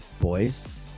boys